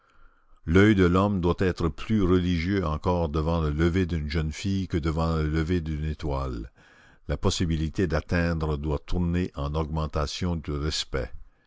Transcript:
l'oeil de l'homme doit être plus religieux encore devant le lever d'une jeune fille que devant le lever d'une étoile la possibilité d'atteindre doit tourner en augmentation de respect